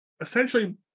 essentially